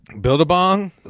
Build-a-bong